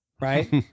right